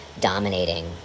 dominating